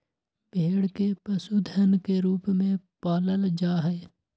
भेड़ के पशुधन के रूप में पालल जा हई